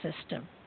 system